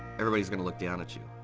everybody's gonna look down at you.